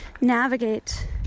navigate